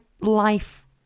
life